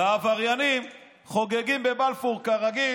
והעבריינים חוגגים בבלפור כרגיל.